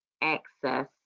access